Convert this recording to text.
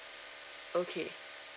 okay